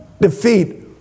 defeat